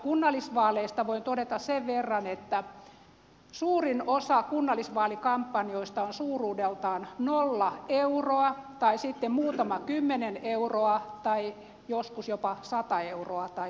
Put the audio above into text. kunnallisvaaleista voin todeta sen verran että suurin osa kunnallisvaalikampanjoista on suuruudeltaan nolla euroa tai sitten muutama kymmenen euroa tai joskus jopa sata euroa tai parisataa euroa